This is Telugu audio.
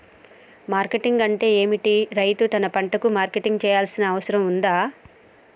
మార్కెటింగ్ అంటే ఏమిటి? రైతు తన పంటలకు మార్కెటింగ్ చేయాల్సిన అవసరం ఉందా?